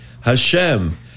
Hashem